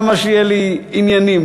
למה שיהיו לי עניינים?